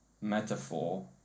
metaphor